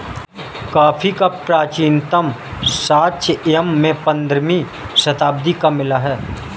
coffee का प्राचीनतम साक्ष्य यमन में पंद्रहवी शताब्दी का मिला है